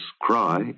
cry